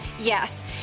Yes